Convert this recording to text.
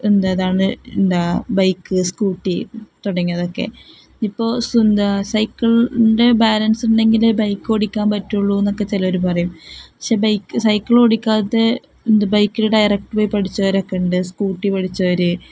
എന്ത് അതാണ് എന്താണ് ബൈക്ക് സ്കൂട്ടി തുടങ്ങിയതൊക്കെ ഇപ്പോൾ സ്വന്തം സൈക്കിളിൻ്റെ ബാലൻസ് ഉണ്ടെങ്കിൽ ബൈക്ക് ഓടിക്കാൻ പറ്റുകയുള്ളൂന്ന് ഒക്കെ ചിലർ പറയും പക്ഷേ ബൈക്ക് സൈക്കിൾ ഓടിക്കാത്ത എന്ത് ബൈക്കിൽ ഡയറക്ട് പോയി പഠിച്ചവരൊക്കെ ഉണ്ട് സ്കൂട്ടി പഠിച്ചവർ